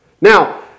Now